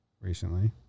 recently